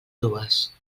dues